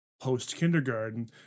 post-kindergarten